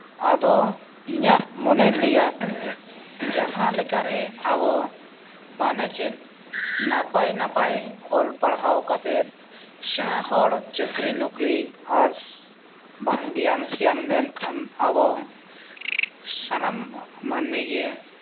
ᱟᱫᱚ ᱤᱧᱟᱹᱜ ᱢᱚᱱᱮ ᱞᱟᱹᱭᱟᱭ ᱡᱟᱦᱟᱸ ᱞᱮᱠᱟᱨᱮ ᱟᱵᱚ ᱢᱟᱱᱮ ᱪᱮᱫ ᱱᱟᱯᱟᱭ ᱱᱟᱯᱟᱭ ᱚᱞ ᱯᱟᱲᱦᱟᱣ ᱠᱟᱛᱮᱫ ᱥᱮᱬᱟ ᱦᱚᱲ ᱪᱟᱹᱠᱨᱤ ᱱᱚᱠᱨᱤ ᱟᱨ ᱵᱟᱝ ᱜᱮᱭᱟᱱ ᱥᱮᱭᱟᱱ ᱞᱮᱱᱠᱷᱟᱱ ᱟᱵᱚ ᱥᱟᱱᱟᱢ ᱢᱟᱹᱱᱢᱤ ᱜᱮ